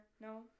No